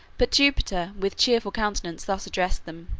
but jupiter with cheerful countenance thus addressed them